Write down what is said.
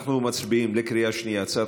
אנחנו מצביעים בקריאה שנייה על הצעת